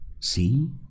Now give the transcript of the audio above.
See